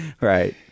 Right